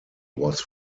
was